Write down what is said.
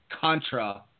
Contra